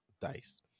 Dice